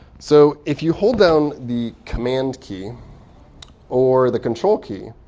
so if you hold down the command key or the control key,